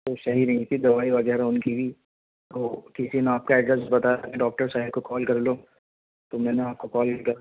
تو سہی نہیں تھی دوائی وغیرہ ان کی بھی تو کسی نے آپ کا ایڈریس بتایا کہ ڈاکٹر شاہد کو کال کر لو تو میں نے آپ کو کال کیا